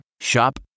Shop